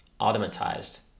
automatized